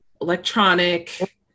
electronic